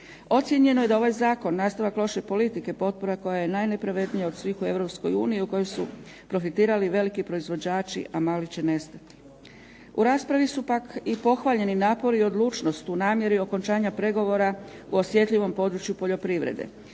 Ocjenjeno je da ovaj Zakon nastavak loše politike, potpora koja je najnepravednija od svih u Europskoj uniji u kojoj su profitirali veliki proizvođači a mali su nestali. U raspravi su pak i pohvaljeni napori i odlučnost u namjeri okončanja pregovora u osjetljivom području poljoprivrede.